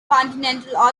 continental